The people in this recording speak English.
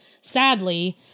sadly